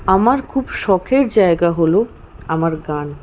আমার খুব শখের জায়গা হল আমার গান